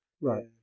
Right